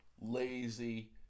lazy